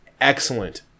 excellent